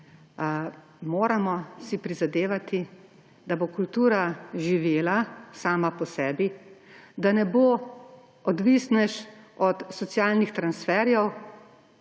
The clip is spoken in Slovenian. Moramo si prizadevati, da bo kultura živela sama po sebi, da ne bo odvisnež od socialnih transferjev,